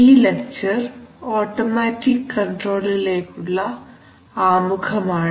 ഈ lecture automatic കൺട്രോളിലേക്കുള്ള ആമുഖമാണ്